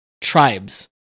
tribes